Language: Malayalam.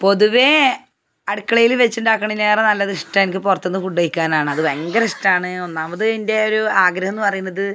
പൊതുവേ അടുക്കളയിൽ വെച്ചുണ്ടാക്കണേനേറെ നല്ലതിഷ്ടം എനിക്ക് പുറത്തു നിന്ന് ഫുഡ് കഴിക്കാനാണ് അത് ഭയങ്കര ഇഷ്ടമാണ് ഒന്നാമത് എൻറ്റെയൊരു ആഗ്രഹമെന്നു പറയുന്നത്